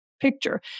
picture